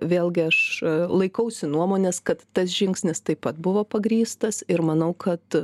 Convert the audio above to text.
vėlgi aš laikausi nuomonės kad tas žingsnis taip pat buvo pagrįstas ir manau kad